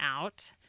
out